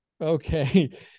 Okay